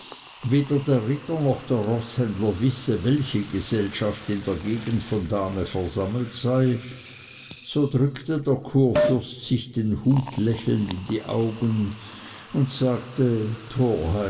weder der ritter noch der roßhändler wisse welche gesellschaft in der gegend von dahme versammelt sei so drückte der kurfürst sich den hut lächelnd in die augen und sagte